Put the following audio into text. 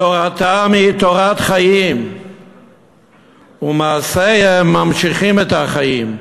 תורתם היא תורת חיים ומעשיהם ממשיכים את החיים.